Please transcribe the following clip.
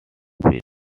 speed